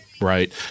Right